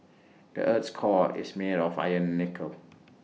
the Earth's core is made of iron and nickel